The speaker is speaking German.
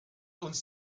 uns